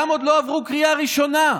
חלקם עוד לא עברו בקריאה ראשונה,